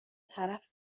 طرف